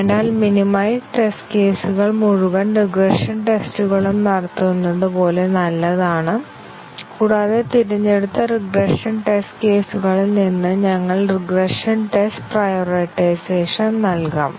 അതിനാൽ minimised test കേസുകൾ മുഴുവൻ റിഗ്രഷൻ ടെസ്റ്റുകളും നടത്തുന്നത് പോലെ നല്ലതാണ് കൂടാതെ തിരഞ്ഞെടുത്ത റിഗ്രഷൻ ടെസ്റ്റ് കേസുകളിൽ നിന്ന് ഞങ്ങൾ റിഗ്രഷൻ ടെസ്റ്റ് പ്രയോറൈടൈസേഷൻ നൽകാം